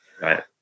Right